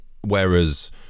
whereas